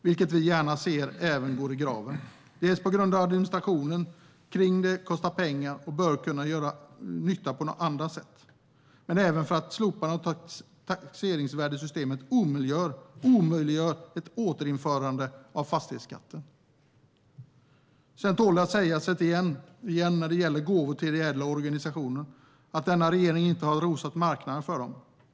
Vi ser gärna att även det går i graven, dels på grund av att administrationen kring det kostar pengar som bör kunna göra nytta på andra sätt, dels på grund av att ett slopande av taxeringsvärdessystemet omöjliggör ett återinförande av fastighetsskatten. Sedan tål det att sägas igen när det gäller gåvor till ideella organisationer att denna regering inte har rosat marknaden för dem.